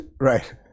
right